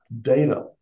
data